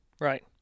right